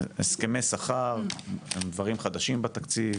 הסכמי שכר הם דברים חדשים בתקציב,